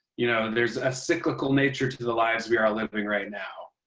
you know, there's a cyclical nature to the lives we are are living right now.